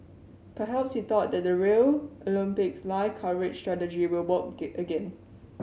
perhaps he thought that the Rio Olympics live coverage strategy will work gain again